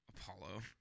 apollo